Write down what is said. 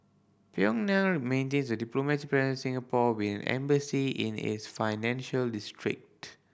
Pyongyang maintains a diplomatic presence Singapore with an embassy in its financial district